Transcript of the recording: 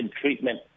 treatment